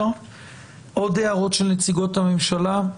עוד הערות של נציגות הממשלה?